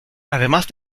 además